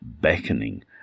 beckoning